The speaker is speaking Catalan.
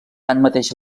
tanmateix